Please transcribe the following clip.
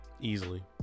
easily